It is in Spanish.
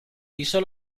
pisó